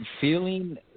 feeling